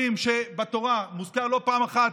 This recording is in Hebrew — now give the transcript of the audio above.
אתם יודעים שבתורה מוזכר לא פעם אחת,